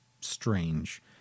strange